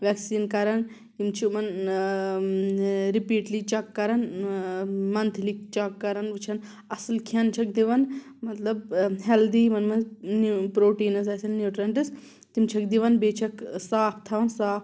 vaccine کَران یِم چھِ یِمن رپیٹلی چَک کَران مَنتھلی چَک کران وٕچھان اصل کھٮ۪ن چھکھ دِوان مطلب ہیلدی یِمن منز پروٹیٖنز آسان نیوٹِرینٹس تِم چھکھ دِوان بییہِ چھکھ صاف تھاوان صاف